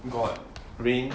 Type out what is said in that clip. got what rain